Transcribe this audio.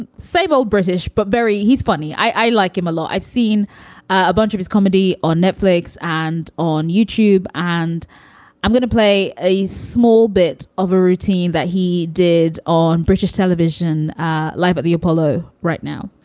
and seybold, british, but very he's funny. i like him a lot. i've seen a bunch of his comedy on netflix and on youtube. and i'm going to play a small bit of a routine that he did on british television live at the apollo right now,